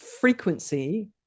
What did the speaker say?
frequency